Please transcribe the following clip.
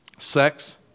Sex